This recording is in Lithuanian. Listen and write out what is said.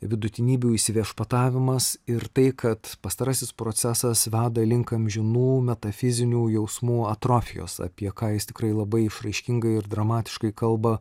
vidutinybių įsiviešpatavimas ir tai kad pastarasis procesas veda link amžinų metafizinių jausmų atrofijos apie ką jis tikrai labai išraiškingai ir dramatiškai kalba